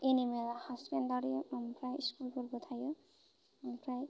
animal हासबेन्दारि ओमफ्राय स्कुलफोरबो थायो ओमफ्राय